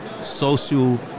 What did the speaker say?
social